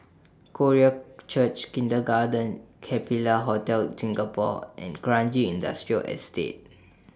Korean Church Kindergarten Capella Hotel Singapore and Kranji Industrial Estate